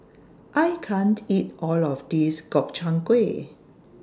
I can't eat All of This Gobchang Gui